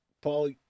Paul